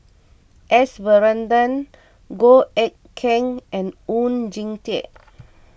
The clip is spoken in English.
S Varathan Goh Eck Kheng and Oon Jin Teik